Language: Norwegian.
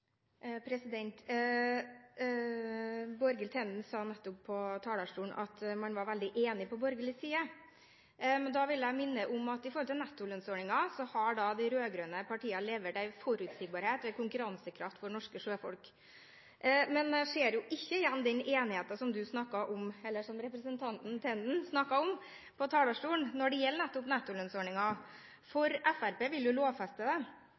sa nettopp på talerstolen at man var veldig enig på borgerlig side. Da vil jeg minne om at med hensyn til nettolønnsordningen har de rød-grønne partiene levert en forutsigbarhet og en konkurransekraft for norske sjøfolk. Men jeg ser ikke den enigheten som hun snakket om, når det gjelder nettopp nettolønnsordningen, for Fremskrittspartiet vil jo lovfeste det, Høyre og Kristelig Folkeparti vil